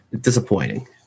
disappointing